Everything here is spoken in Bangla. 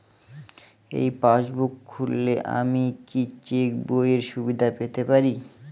এই পাসবুক খুললে কি আমি চেকবইয়ের সুবিধা পেতে পারি?